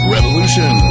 Revolution